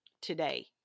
today